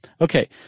Okay